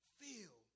feel